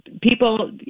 People